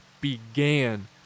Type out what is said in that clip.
began